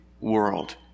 world